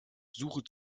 suche